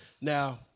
Now